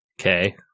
Okay